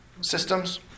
systems